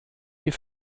die